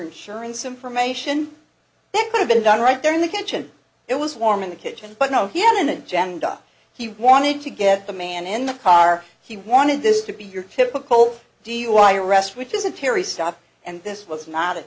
insurance information that could have been done right there in the kitchen it was warm in the kitchen but no he had an agenda he wanted to get the man in the car he wanted this to be your typical do you i arrest which is a terry stop and this was not a